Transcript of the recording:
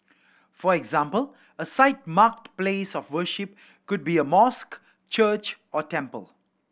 for example a site marked place of worship could be a mosque church or temple